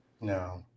No